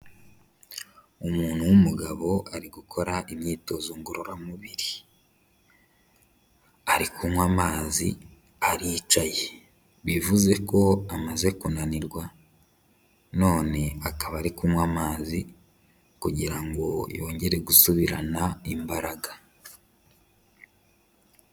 Umuntu w'umugabo ari gukora imyitozo ngororamubiri, ari kunywa amazi, aricaye, bivuze ko amaze kunanirwa none akaba ari kunywa amazi kugira ngo yongere gusubirana imbaraga.